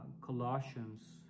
colossians